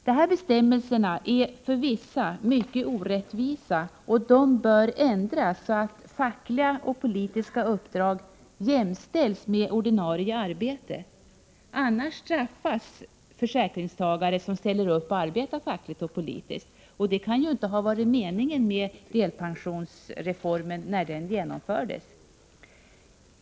Dessa bestämmelser är för vissa mycket orättvisa, och de bör ändras så att fackliga och politiska uppdrag jämställs med ordinarie arbete — i annat fall straffas försäkringstagare som ställer upp och arbetar fackligt eller politiskt. Det kan ju inte ha varit meningen när delpensionsreformen genomfördes.